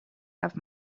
have